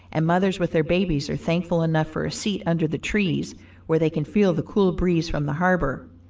and mothers with their babies are thankful enough for a seat under the trees where they can feel the cool breeze from the harbor.